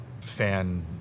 fan